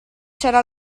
c’era